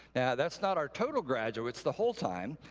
that's not our total graduates the whole time,